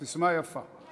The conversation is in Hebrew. ססמה יפה.